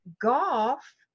golf